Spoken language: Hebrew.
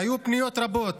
והיו פניות רבות